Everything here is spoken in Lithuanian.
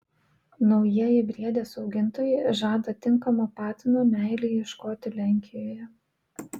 naujieji briedės augintojai žada tinkamo patino meilei ieškoti lenkijoje